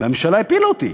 והממשלה הפילה אותי.